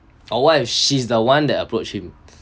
or what if she's the one that approach him